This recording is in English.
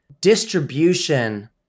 distribution